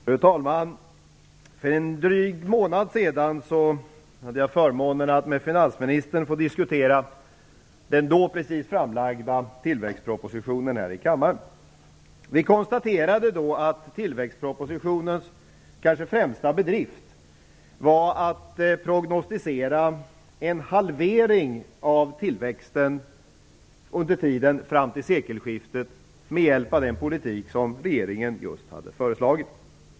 Fru talman! För en dryg månad sedan hade jag förmånen att med finansministern få diskutera den då precis framlagda tillväxtpropositionen här i kammaren. Vi konstaterade då att tillväxtspropositionens kanske främsta bedrift var att prognosticera en halvering av tillväxten under tiden fram till sekelskiftet med hjälp av den politik som regeringen just hade föreslagit.